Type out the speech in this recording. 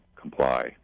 comply